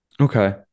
Okay